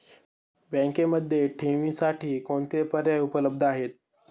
बँकेमध्ये ठेवींसाठी कोणते पर्याय उपलब्ध आहेत?